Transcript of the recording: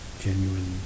genuine